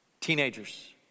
teenagers